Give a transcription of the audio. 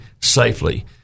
safely